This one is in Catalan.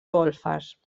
golfes